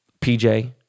PJ